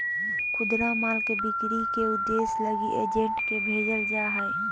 खुदरा माल के बिक्री के उद्देश्य लगी एजेंट के भेजल जा हइ